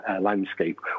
landscape